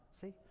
See